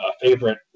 favorite